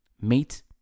meat